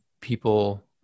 people